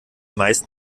meisten